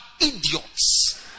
idiots